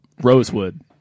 Rosewood